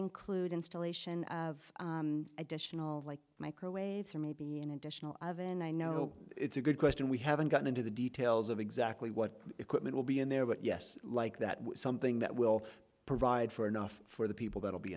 include installation of additional like microwaves or maybe an additional of an i know it's a good question we haven't gotten into the details of exactly what equipment will be in there but yes like that something that will provide for enough for the people that will be